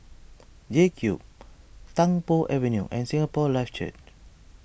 JCube Tung Po Avenue and Singapore Life Church